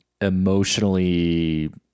emotionally